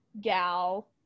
gal